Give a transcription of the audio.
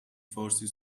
فارسی